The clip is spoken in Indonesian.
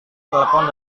telepon